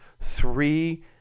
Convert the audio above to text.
three